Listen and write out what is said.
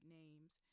names